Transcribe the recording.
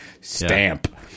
Stamp